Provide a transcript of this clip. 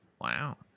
wow